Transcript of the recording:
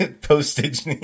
postage